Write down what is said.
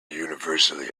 universally